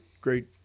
great